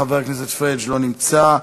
חבר הכנסת פריג' לא נמצא,